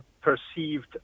perceived